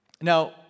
Now